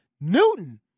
Newton